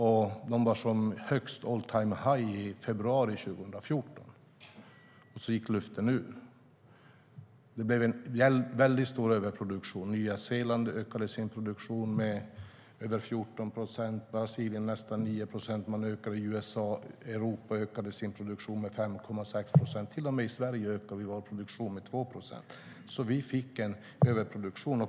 De var som högst, med all-time-high, i februari 2014. Sedan gick luften ur. Det blev en väldigt stor överproduktion. Nya Zeeland ökade sin produktion med över 14 procent. Brasilien ökade med nästan 9 procent. USA ökade. Europa ökade sin produktion med 5,6 procent. Till och med i Sverige ökade vi vår produktion, med 2 procent. Vi fick alltså en överproduktion.